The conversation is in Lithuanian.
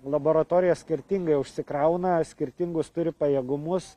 laboratorija skirtingai užsikrauna skirtingus turi pajėgumus